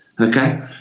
Okay